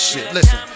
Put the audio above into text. Listen